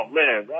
man